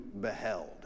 beheld